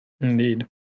Indeed